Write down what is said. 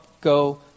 go